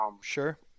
Sure